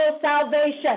salvation